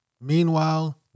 Meanwhile